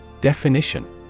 Definition